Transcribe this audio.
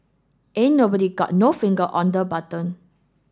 ain't nobody got no finger on the button